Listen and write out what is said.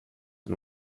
and